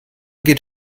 geht